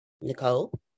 Nicole